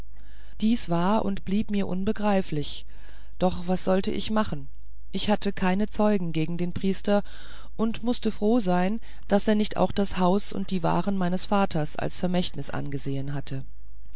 dies war und blieb mir unbegreiflich doch was wollte ich machen ich hatte keine zeugen gegen den priester und mußte froh sein daß er nicht auch das haus und die waren meines vaters als vermächtnis angesehen hatte